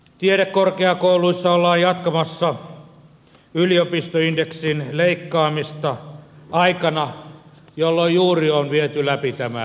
tiedekorkeakouluissa ollaan jatkamassa yliopistoindeksin leikkaamista aikana jolloin juuri on viety läpi tämä yliopistouudistus